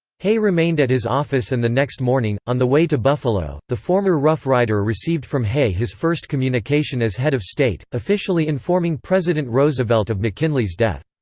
hay remained at his office and the next morning, on the way to buffalo, the former rough rider received from hay his first communication as head of state, officially informing president roosevelt of mckinley's death.